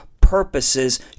purposes